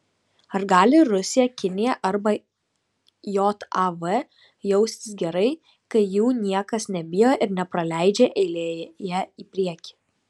ar gali rusija kinija arba jav jaustis gerai kai jų niekas nebijo ir nepraleidžia eilėje į priekį